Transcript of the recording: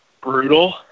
brutal